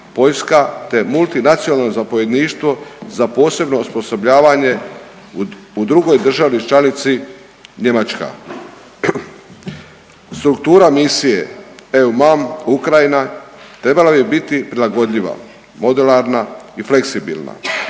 Poljska te multinacionalno zapovjedništvo za posebno osposobljavanje u drugoj državi članici Njemačka. Struktura misije je EU MAM-Ukraine trebala bi biti prilagodljiva, modelarna i fleksibilna